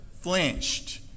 flinched